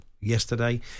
yesterday